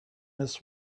this